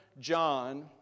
John